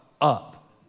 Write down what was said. up